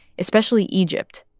especially egypt.